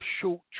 short